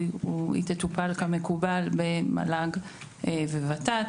היא תטופל כמקובל במל"ג וות"ת,